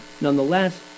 nonetheless